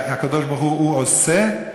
הקדוש-ברוך-הוא הוא עושה,